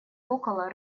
около